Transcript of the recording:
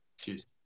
Cheers